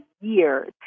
years